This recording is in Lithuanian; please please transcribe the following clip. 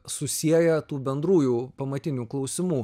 susieja tų bendrųjų pamatinių klausimų